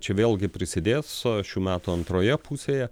čia vėlgi prisidės šių metų antroje pusėje